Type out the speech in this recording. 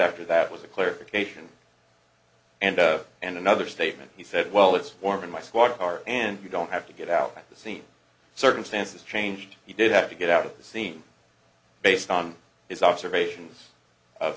after that was a clarification and and another statement he said well it's warm in my squad car and you don't have to get out at the scene circumstances changed he did have to get out of the scene based on his observations of